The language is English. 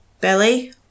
belly